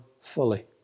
fully